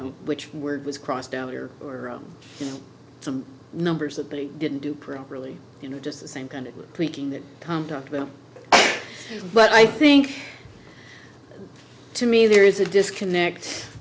know which word was crossed out here or some numbers that they didn't do properly you know just the same kind of thinking that come talk to them but i think to me there is a disconnect